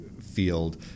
field